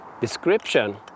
description